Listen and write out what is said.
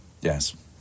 Yes